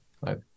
Right